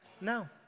No